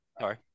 Sorry